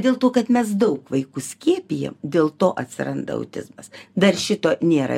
dėl to kad mes daug vaikų skiepijam dėl to atsiranda autizmas dar šito nėra